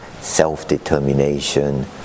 self-determination